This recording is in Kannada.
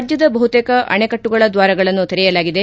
ರಾಜ್ಯದ ಬಹುತೇಕ ಅಣೆಕಟ್ಲುಗಳ ದ್ವಾರಗಳನ್ನು ತೆರೆಯಲಾಗಿದೆ